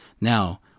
Now